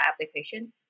application